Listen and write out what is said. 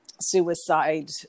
suicide